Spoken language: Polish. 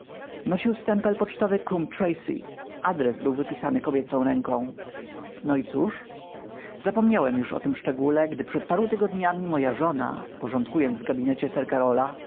nosił stempel pocztowy coombe tracey adres był wypisany kobiecą ręką no i cóż zapomniałem już o tym szczególe gdy przed paru tygodniami moja żona porządkując w gabinecie sir karola